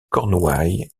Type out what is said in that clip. cornouailles